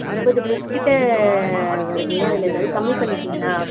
ஐம்பது ட்ரெஸ்க்கிட்ட வருது அதில் எதாவது கம்மிப் பண்ணிப்பீங்களா